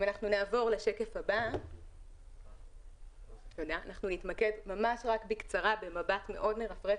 בשקף הבא אנחנו נתמקד במבט מאוד מרפרף